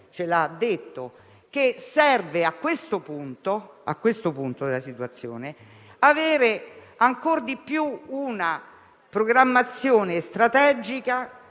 tutti - a questo punto della situazione serve ancor di più una programmazione strategica,